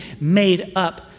made-up